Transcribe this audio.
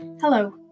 Hello